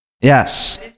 Yes